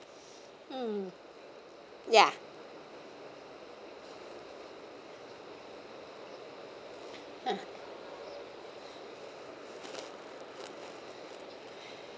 mm ya uh